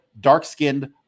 dark-skinned